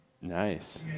Nice